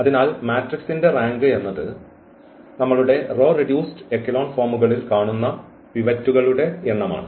അതിനാൽ മാട്രിക്സിന്റെ റാങ്ക് എന്നത് നമ്മളുടെ റോ റെഡ്യൂസ്ഡ് എക്കെലോൺ ഫോമുകളിൽ കാണുന്ന പിവറ്റുകളുടെ എണ്ണമാണ്